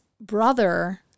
brother